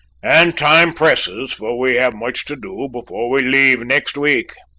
and time presses, for we have much to do before we leave next week.